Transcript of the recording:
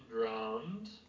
round